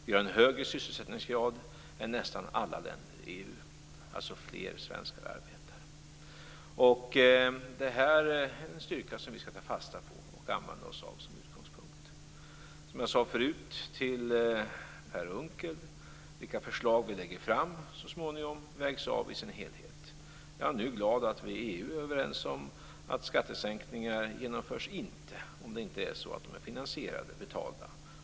Vi har en högre sysselsättningsgrad än nästan alla länder i EU, alltså fler svenskar arbetar. Detta är en styrka som vi skall ta fasta på och använda oss av som utgångspunkt. Som jag tidigare sade till Per Unckel vägs de förslag som vi lägger fram av i sin helhet. Jag är nu glad att vi i EU är överens om att det inte skall genomföras några skattesänkningar, om de inte är finansierade och betalda.